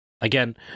Again